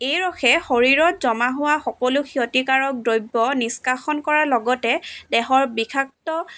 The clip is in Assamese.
এই ৰসে শৰীৰত জমা হোৱা সকলো ক্ষতিকাৰক দ্ৰব্য নিষ্কাশন কৰাৰ লগতে দেহৰ বিষাক্ত